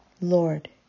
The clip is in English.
Lord